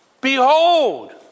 behold